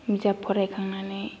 बिजाब फरायखांनानै